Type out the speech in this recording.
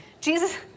Jesus